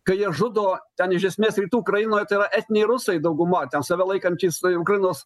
kai jie žudo ten iš esmės rytų ukrainoje yra etniniai rusai dauguma ten save laikančiais tai ukrainos